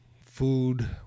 food